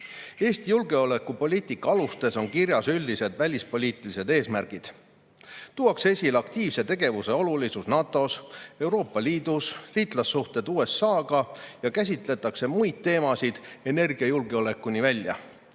Eesti julgeolekupoliitika alustes on kirjas üldised välispoliitilised eesmärgid. Tuuakse esile aktiivse tegevuse olulisust NATO-s, Euroopa Liidus, liitlassuhted USA-ga ja käsitletakse muid teemasid energiajulgeolekuni välja. Paraku